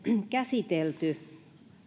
käsitelty